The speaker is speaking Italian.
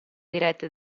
dirette